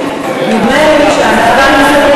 נדמה לי שהמקרים,